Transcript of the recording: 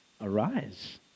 Arise